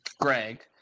Greg